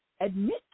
admit